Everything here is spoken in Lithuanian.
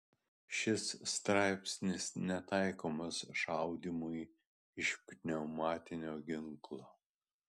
šis straipsnis netaikomas šaudymui iš pneumatinio ginklo